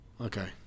Okay